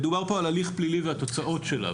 מדובר פה על הליך פלילי והתוצאות שלו.